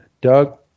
Doug